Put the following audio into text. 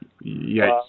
Yes